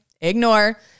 ignore